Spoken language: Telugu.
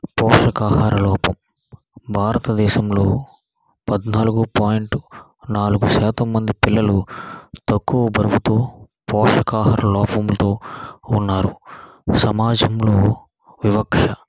పోషకాహార లోపం భారతదేశంలో పద్నాలుగు పాయింట్ నాలుగు శాతం మంది పిల్లలు తక్కువ బరువుతో పోషకాహార లోపంతో ఉన్నారు సమాజంలో వివక్ష